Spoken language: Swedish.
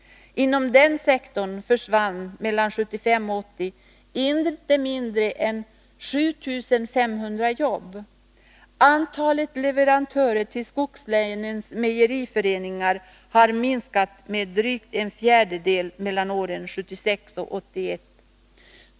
Inom den sektorn försvann 1975-1980 inte mindre än 7 500 jobb. Antalet leverantörer till skogslänens mejeriföreningar har minskat rmed drygt en fjärdedel åren 1976-1981.